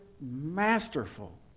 masterful